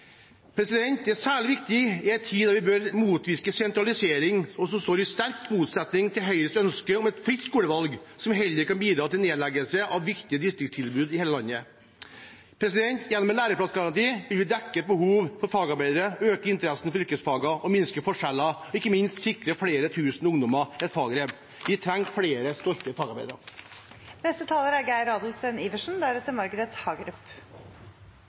er særlig viktig i en tid da vi bør motvirke sentralisering, og står i sterk motsetning til Høyres ønske om et fritt skolevalg, som heller kan bidra til nedleggelse av viktige distriktstilbud i hele landet. Gjennom en læreplassgaranti vil vi dekke et behov for fagarbeidere, øke interessen for yrkesfagene, minske forskjellene og ikke minst sikre flere tusen ungdommer et fagbrev. Vi trenger flere stolte